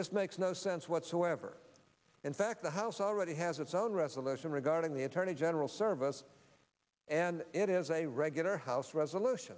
this makes no sense whatsoever in fact the house already has its own resolution regarding the attorney general service and it is a regular house resolution